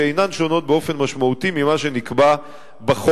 שאינן שונות באופן משמעותי ממה שנקבע בחוק.